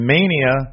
Mania